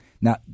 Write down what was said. Now